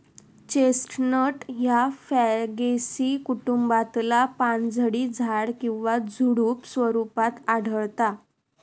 chestnut ह्या Fagaceae कुटुंबातला पानझडी झाड किंवा झुडुप स्वरूपात आढळता